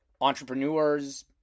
entrepreneurs